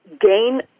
gain